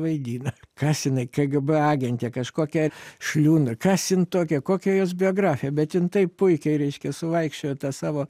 vaidina kas jinai kgb agentė kažkokia šliundra kas jin tokia kokia jos biografija bet ji taip puikiai reiškia suvaikščiojo tą savo